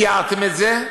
תיארתם את זה,